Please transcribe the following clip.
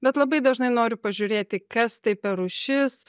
bet labai dažnai noriu pažiūrėti kas tai per rūšis